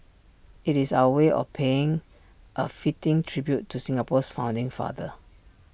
IT is our way of paying A fitting tribute to Singapore's founding father